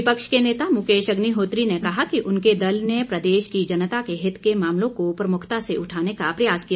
विपक्ष के नेता मुकेश अग्निहोत्री ने कहा कि उनके दल ने प्रदेश की जनता के हित के मामलों को प्रमुखता से उठाने का प्रयास किया